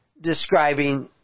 Describing